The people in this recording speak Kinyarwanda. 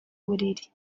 buriri